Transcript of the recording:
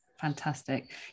Fantastic